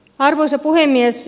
arvoisa puhemies